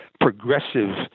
progressive